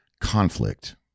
conflict